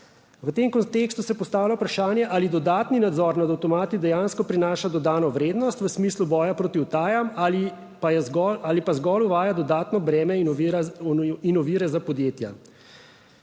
V tem kontekstu se postavlja vprašanje ali dodatni nadzor nad avtomati dejansko prinaša dodano vrednost v smislu boja proti utajam ali pa zgolj uvaja dodatno breme in ovire za podjetja.